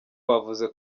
bavuze